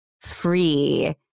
free